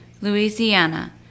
Louisiana